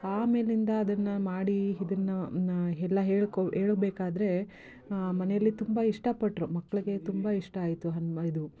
ಆಮೇಲಿಂದ ಅದನ್ನು ಮಾಡಿ ಇದನ್ನ ಎಲ್ಲ ಹೇಳ್ಕೊ ಹೇಳ್ಬೆಕಾದ್ರೆ ಮನೇಲಿ ತುಂಬ ಇಷ್ಟ ಪಟ್ಟರು ಮಕ್ಕಳಿಗೆ ತುಂಬ ಇಷ್ಟ ಆಯಿತು ಇದು